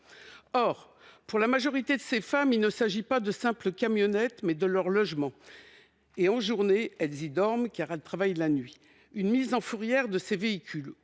Pour la majorité de ces femmes, il s'agit non pas de simples camionnettes, mais de leur logement. Dans la journée, elles y dorment, car elles travaillent de nuit. Une mise en fourrière de ces véhicules,